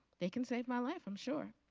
they can save my life i'm sure.